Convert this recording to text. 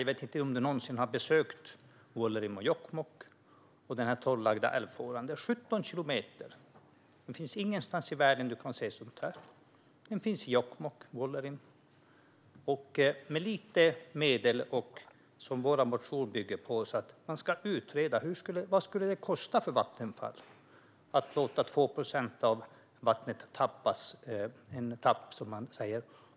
Jag vet inte om du någonsin har besökt Vuollerim och Jokkmokk och den torrlagda älvfåran som är 17 kilometer. Ingen annanstans i världen kan man se något sådant. Vad skulle det kosta för Vattenfall att låta 2 procent av vattnet tappas - en tapp, som man säger?